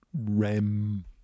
REM